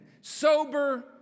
sober